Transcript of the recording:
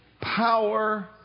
power